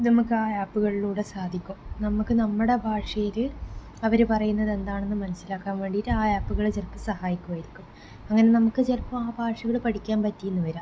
ഇത് നമുക്ക് ആ ആപ്പുകളിലൂടെ സാധിക്കും നമുക്ക് നമ്മുടെ ഭാഷയില് അവര് പറയുന്നത് എന്താണെന്ന് മനസ്സിലാക്കാൻ വേണ്ടീട്ട് ആ ആപ്പുകള് ചിലപ്പോൾ സഹായിക്കുവായിരിക്കും അങ്ങനെ നമുക്ക് ചിലപ്പോൾ ആ ഭാഷകള് പഠിക്കാൻ പറ്റി എന്ന് വരാം